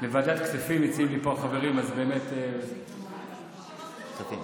החברים מציעים לי פה לוועדת כספים.